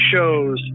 shows